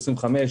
25%,